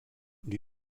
lui